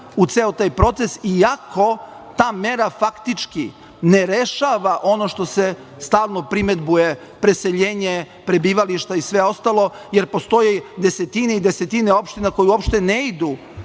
u ceo taj proces iako ta mera faktički ne rešava ono što se stalno primedbuje – preseljenje prebivališta i sve ostalo, jer postoje desetine i desetine opština koje uopšte ne idu